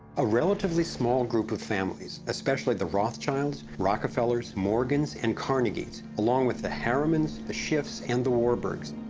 a relatively small group of families, especially the rothschilds, rockefellers, morgans and carnegies, along with the harrimans, ah schiffs and the warburgs,